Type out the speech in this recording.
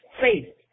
faith